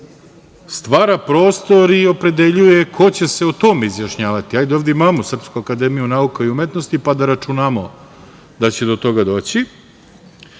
stvara prostor i opredeljuje ko će se o tome izjašnjavati. Ajde, ovde imamo Srpsku akademiju nauka i umetnosti pa da računamo da će do toga doći.